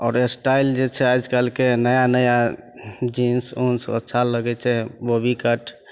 आओर एस्टाइल जे छै आजकलके नया नया जीन्स उन्स अच्छा लागै छै बॉबी कट